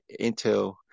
intel